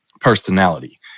personality